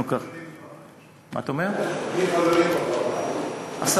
מי החברים בוועדה?